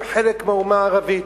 הם חלק מהאומה הערבית.